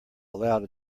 allowed